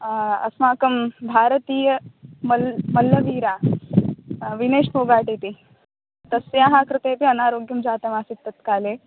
अस्माकं भारतीय मल् मल्लवीरः विनेश् फोगार्ट् इति तस्य कृते अपि अनाोग्यमासीत् तत्काले